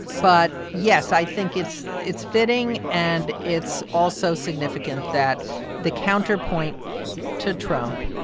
but yes, i think it's it's fitting. and it's also significant that the counterpoint to trump,